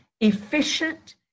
efficient